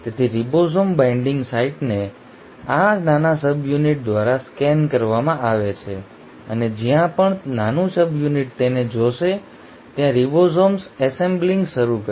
તેથી ribosome binding સાઇટને આ નાના સબયુનિટ દ્વારા સ્કેન કરવામાં આવે છે અને જ્યાં પણ નાનું સબયુનિટ તેને જોશે ત્યાં રિબોસોમ્સ એસેમ્બલિંગ શરૂ કરશે